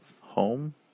home